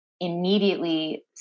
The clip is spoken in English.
immediately